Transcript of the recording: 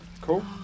Cool